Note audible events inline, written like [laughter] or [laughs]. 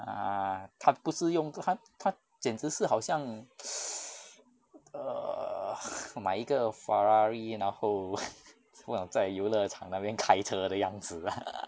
ah 他不是用他他简直是好像 [noise] err 我买一个 ferrari 然后 [laughs] 除了在游乐场那边开车的样子 [laughs]